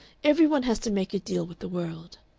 every one has to make a deal with the world.